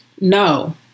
no